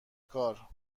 کار